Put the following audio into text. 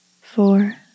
Four